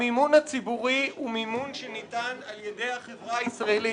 המימון הציבורי הוא מימון שניתן על ידי החברה הישראלית.